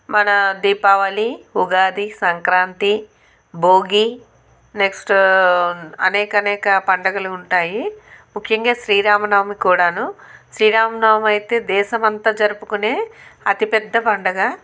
మన దీపావళి ఉగాది సంక్రాంతి భోగి నెక్స్ట్ అనేకనేక పండగలు ఉంటాయి ముఖ్యంగా శ్రీరామనవమి కూడాను శ్రీరామనవమి అయితే దేశమంతా జరుపుకునే అతి పెద్ద పండుగ